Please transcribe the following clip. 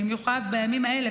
במיוחד בימים האלה,